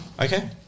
Okay